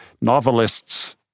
novelists